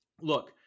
look